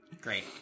Great